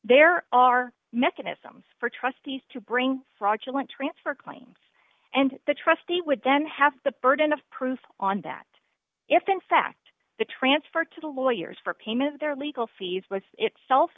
there are mechanisms for trustees to bring fraudulent transfer claims and the trustee would then have the burden of proof on that if in fact the transfer to the lawyers for payment of their legal fees was itself